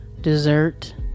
dessert